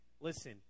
listen